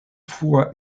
frua